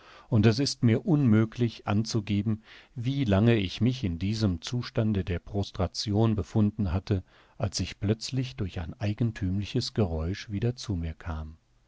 und es ist mir unmöglich anzugeben wie lange ich mich in diesem zustande der prostration befunden hatte als ich plötzlich durch ein eigenthümliches geräusch wieder zu mir kam